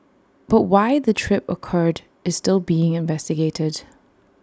but why the trip occurred is still being investigated